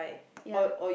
ya